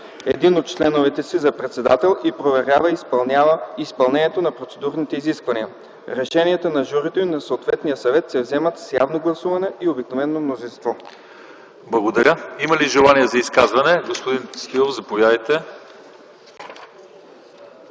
един от членовете си за председател и проверява и изпълнението на процедурните изисквания. Решенията на журито и на съответния съвет се взимат с явно гласуване и обикновено мнозинство.” ПРЕДСЕДАТЕЛ ЛЪЧЕЗАР ИВАНОВ: Благодаря. Има ли желание за изказване? Господин Стоилов, заповядайте.